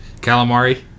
Calamari